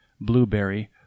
Blueberry